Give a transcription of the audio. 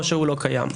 או שהוא לא קיים.